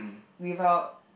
without